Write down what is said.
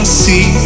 see